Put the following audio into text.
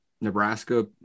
Nebraska